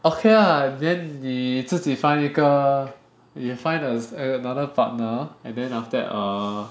okay lah then 你自己 find 一个 you can find another partner and then after that err